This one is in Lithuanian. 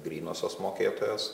grynosios mokėtojos